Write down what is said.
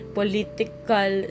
political